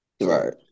Right